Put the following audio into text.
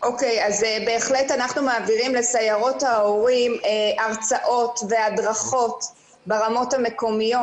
בהחלט אנחנו מעבירים לסיירות ההורים הרצאות והדרכות ברמות המקומיות,